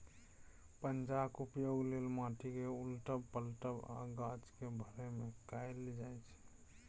पंजाक उपयोग लोक माटि केँ उलटब, पलटब आ गाछ केँ भरय मे कयल जाइ छै